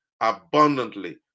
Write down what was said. abundantly